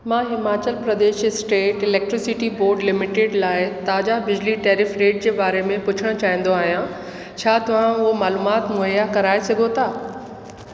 मां Himachal Pradesh state electricity board limited लाइ ताज़ा बिजली टैरिफ रेट जे बारे में पुछणु चाहींदो आहियां छा तव्हां उहो मालूमात मुहैया करे सघो था